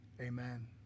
Amen